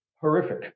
horrific